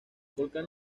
volcán